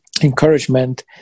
encouragement